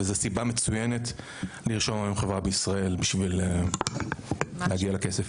וזה סיבה מצוינת לרשום היום חברה בישראל בשביל להגיע לכסף.